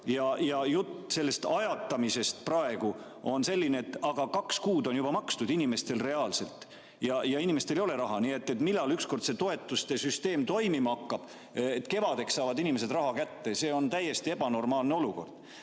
Ja jutt ajatamisest praegu on selline, et aga kaks kuud on inimesed juba maksnud reaalselt ja inimestel ei ole raha. Millal ükskord see toetuste süsteem toimima hakkab? Kevadeks saavad inimesed raha kätte. See on täiesti ebanormaalne olukord. Aga